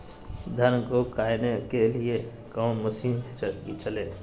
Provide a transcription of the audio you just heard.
धन को कायने के लिए कौन मसीन मशीन चले?